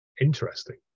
interesting